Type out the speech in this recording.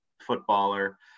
footballer